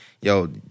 yo